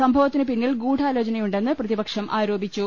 സംഭവ ത്തിനു പിന്നിൽ ഗൂഢാലോചനയുണ്ടെന്ന് പ്രതിപക്ഷം ആരോപിച്ചു